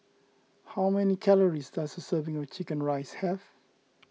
how many calories does a serving of Chicken Rice have